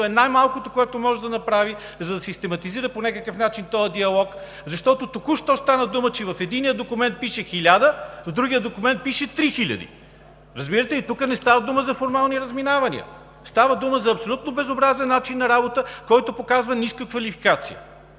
е най-малкото, което може да направи, за да систематизира по някакъв начин този диалог, защото току-що стана дума, че в единия документ пише 1000, в другия документ пише 3000. Разбирате ли, тук не става дума за формални разминавания?! Става дума за абсолютно безобразен начин на работа, който показва ниска квалификация.